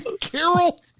Carol